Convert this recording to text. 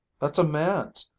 that's a man's.